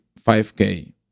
5k